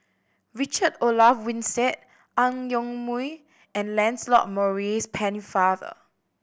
Richard Olaf Winstedt Ang Yoke Mooi and Lancelot Maurice Pennefather